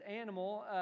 animal